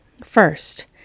First